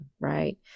right